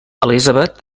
elizabeth